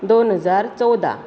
दोन हजार चवदा